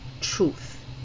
truth